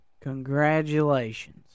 Congratulations